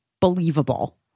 believable